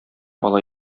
ала